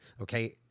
okay